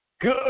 Good